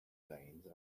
lanes